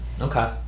Okay